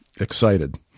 excited